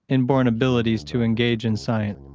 inborn abilities to engage in science.